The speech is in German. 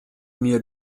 mir